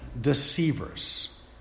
deceivers